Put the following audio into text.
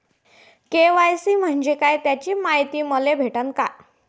KYC म्हंजे काय त्याची मायती मले भेटन का?